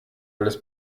alles